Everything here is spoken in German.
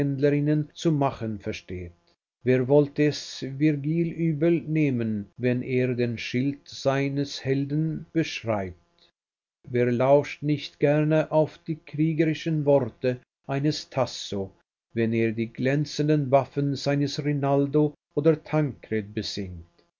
zu machen versteht wer wollte es virgil übel nehmen wenn er den schild seines helden beschreibt wer lauscht nicht gerne auf die kriegerischen worte eines tasso wenn er die glänzenden waffen seines rinaldo oder tankred besingt